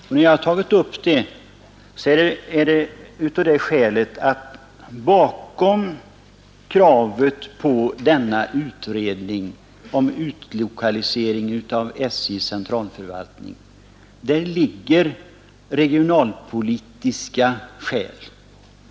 Jag har tagit upp frågan av det skälet att bakom kravet på en utredning om utlokalisering av SJ:s centralförvaltning ligger regionalpolitiska skäl.